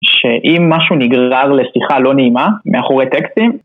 ש...אם משהו נגרר לשיחה לא נעימה, מאחורי טקסטים,